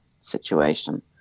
situation